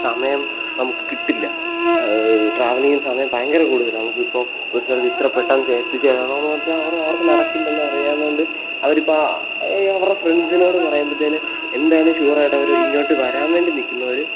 സമയം നമുക്ക് കിട്ടില്ല ട്രാവലിംഗിന് സമയം ഭയങ്കര കൂടുതലാണ് നമുക്ക് ഇപ്പം ഒരു സമയത്ത് ഇത്ര പെട്ടെന്ന് എത്തിച്ചേരണമെന്ന് വെച്ചാൽ അവർ ആർക്കും നടക്കില്ലന്ന് അറിയാവുന്നത് കൊണ്ട് അവരിപ്പം അവരുടെ ഫ്രണ്ട്സിനോട് പറയുമ്പത്തേന് എന്തായാലും ഷുവർ ആയിട്ട് അവർ ഇങ്ങോട്ട് വരാൻ വേണ്ടി നിൽക്കുന്നവർ